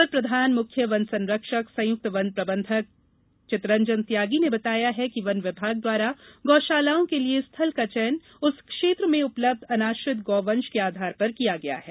अपर प्रधान मुख्य वन संरक्षक संयुक्त वन प्रबंधन चितरंजन त्यागी ने बताया कि वन विभाग द्वारा गौ शालाओं के लिये स्थल का चयन उस क्षेत्र में उपलब्ध अनाश्रित गौ वंश के आधार पर किया गया है